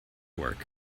work